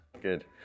Good